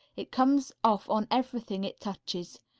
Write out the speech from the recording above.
it comes off on everything it touches.